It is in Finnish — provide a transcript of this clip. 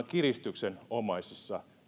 kiristyksenomaisissa